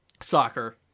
soccer